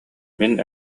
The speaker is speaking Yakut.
мин